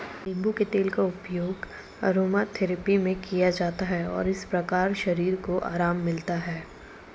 नींबू के तेल का उपयोग अरोमाथेरेपी में किया जाता है और इस प्रकार शरीर को आराम मिलता है